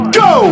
go